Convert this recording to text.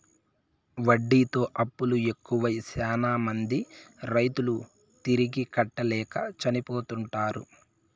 వడ్డీతో అప్పులు ఎక్కువై శ్యానా మంది రైతులు తిరిగి కట్టలేక చనిపోతుంటారు